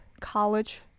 college